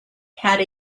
had